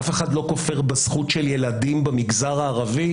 אף אחד לא כופר בזכות של ילדים במגזר הערבי,